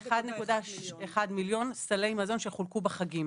1,100,000 סלי מזון שחולקו בחגים.